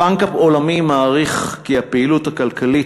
הבנק העולמי מעריך כי הפעילות הכלכלית